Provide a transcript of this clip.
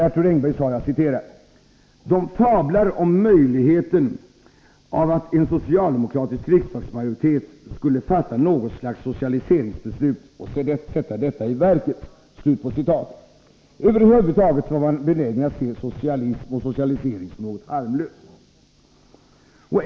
Arthur Engberg sade: ”De fabla om möjligheten av att en socialdemokratisk riksdagsmajoritet skulle fatta något slags socialiseringsbeslut och sätta detta i verket.” Över huvud taget var man benägen att se socialism och socialisering som något harmlöst.